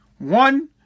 One